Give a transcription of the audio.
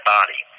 Body